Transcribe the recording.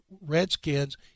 Redskins